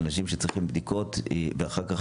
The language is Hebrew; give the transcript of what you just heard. אנשים שצריכים בדיקות ואחר כך,